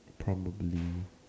probably